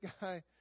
guy